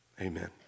Amen